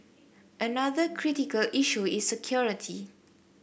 another critical issue is security